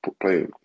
play